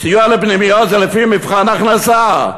סיוע לפנימיות זה לפי מבחן הכנסה.